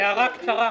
הערה קצרה: